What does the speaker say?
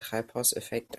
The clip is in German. treibhauseffekt